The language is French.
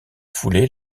foulée